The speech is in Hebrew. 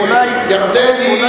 אולי השר בגין,